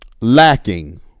lacking